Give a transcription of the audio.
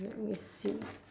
let me see